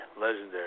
Legendary